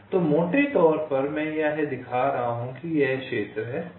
तो मोटे तौर पर मैं यह दिखा रहा हूं कि यह एक क्षेत्र है